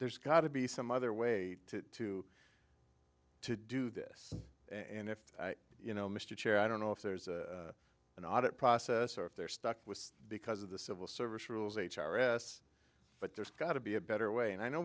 there's got to be some other way to to do this and if you know mr chair i don't know if there's an audit process or if they're stuck with because of the civil service rules h r s but there's got to be a better way and i know